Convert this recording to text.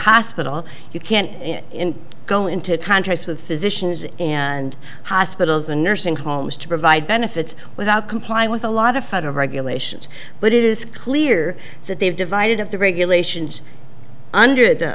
hospital you can't go into contracts with physicians and hospitals and nursing homes to provide benefits without complying with a lot of federal regulations but it is clear that they've divided of the regulations under